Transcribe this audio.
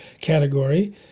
category